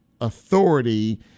authority